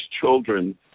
children